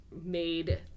made